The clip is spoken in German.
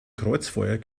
kreuzfeuer